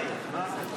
חברי הכנסת,